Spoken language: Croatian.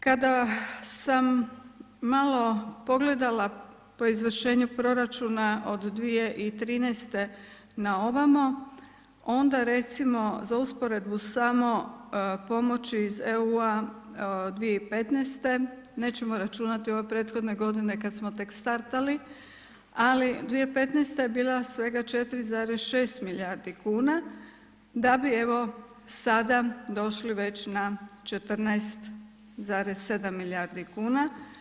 Kada sam malo pogledala po izvršenju proračuna od 2013. na ovamo onda recimo za usporedbu samo pomoći iz EU 2015. nećemo računati ove prethodne godine kad smo tek startali, ali 2015. je bila svega 4,6 milijardi kuna da bi evo sada došli već na 14,7 milijardi kuna.